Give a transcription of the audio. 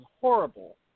horrible